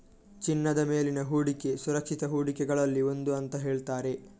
ಚಿನ್ನದ ಮೇಲಿನ ಹೂಡಿಕೆ ಸುರಕ್ಷಿತ ಹೂಡಿಕೆಗಳಲ್ಲಿ ಒಂದು ಅಂತ ಹೇಳ್ತಾರೆ